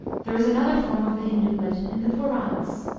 there is another form of the hindoo legend in the puranas.